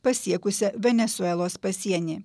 pasiekusią venesuelos pasienį